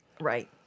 Right